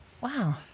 wow